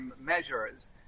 measures